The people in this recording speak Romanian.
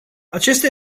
acesta